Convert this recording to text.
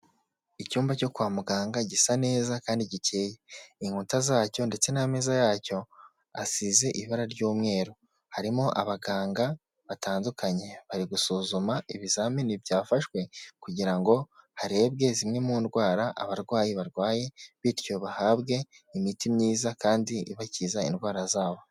Icyumba cyo kwa muganga gisa neza kandi gikeye, inkuta zacyo ndetse n'amezaza yacyo asize ibara ry'umweru, harimo abaganga batandukanye bari gusuzuma ibizamini byafashwe kugira ngo harebwe zimwe mu ndwara abarwayi barwaye bityo bahabwe imiti myiza kandi ibakiza indwara zabo.